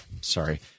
sorry